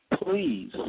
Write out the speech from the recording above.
please